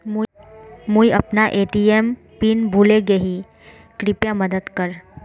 मुई अपना ATM PIN भूले गही कृप्या मदद कर